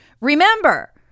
Remember